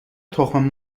تخم